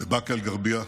בבאקה אל-גרבייה,